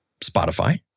Spotify